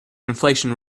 inflation